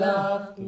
Love